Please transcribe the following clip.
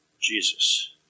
Jesus